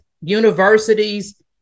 universities